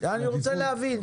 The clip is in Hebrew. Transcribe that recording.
אני רוצה להבין.